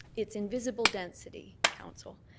it's invisible density, council,